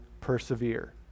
persevere